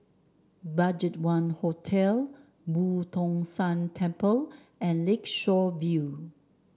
BudgetOne Hotel Boo Tong San Temple and Lakeshore View